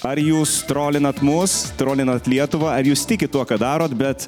ar jūs trolinat mus trolinat lietuvą ar jūs tikit tuo ką darot bet